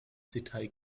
detail